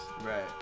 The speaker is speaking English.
Right